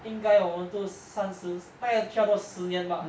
应该我们都三十大概需要多十年吧